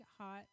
hot